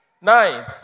nine